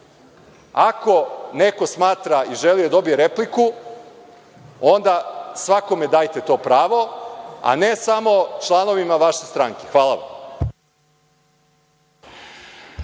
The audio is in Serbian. Ako neko smatra i želi da dobije repliku, onda svakome dajte to pravo, a ne samo članovima vaše stranke. Hvala vam.